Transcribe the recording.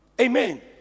amen